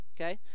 okay